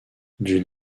d’une